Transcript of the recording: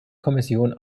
kommission